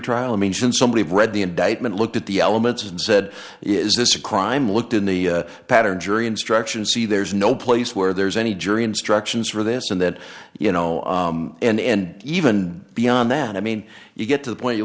trial i mean when somebody read the indictment looked at the elements and said is this a crime looked in the pattern jury instructions see there's no place where there's any jury instructions for this and that you know and even beyond that i mean you get to the point you